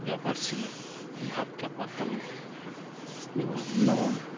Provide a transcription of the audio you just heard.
ব্যাপার ছিল ভাবতে পারতাম না যেমন আন্দামান